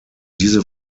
diese